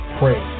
pray